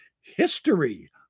history